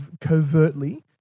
covertly